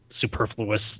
superfluous